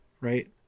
Right